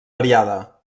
variada